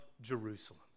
Jerusalem